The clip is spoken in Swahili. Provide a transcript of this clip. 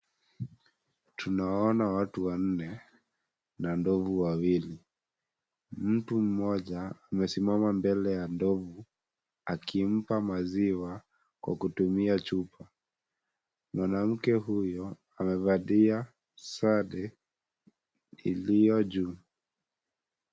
Tunawona watu wanne na ndovu wawili. Mtu mmoja amesimama mbele ya ndovu alimpa maziwa kwa kutumia chupa. Mwanamke huyo amevalia sare iliyo juu.